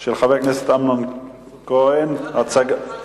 של חבר הכנסת אמנון כהן, אחד אחד.